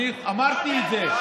אמרתי את זה.